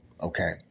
okay